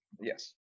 Yes